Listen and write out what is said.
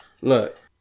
Look